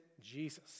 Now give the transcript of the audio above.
Jesus